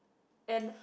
and